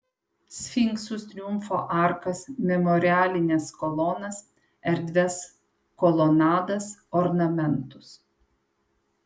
sfinksus triumfo arkas memorialines kolonas erdvias kolonadas ornamentus